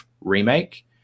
remake